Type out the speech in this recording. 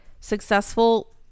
successful